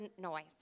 noise